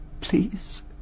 Please